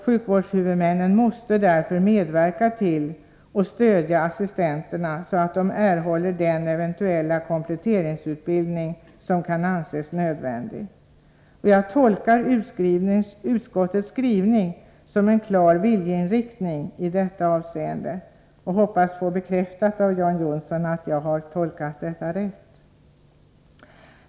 Sjukvårdshuvudmännen måste därför stödja assistenterna så att de erhåller den eventuella kompletteringsutbildning som kan anses nödvändig. Jag tolkar utskottets skrivning som en klar viljeinriktning i detta avseende och hoppas få bekräftat av John Johnsson att denna tolkning är riktig.